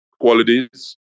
qualities